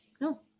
No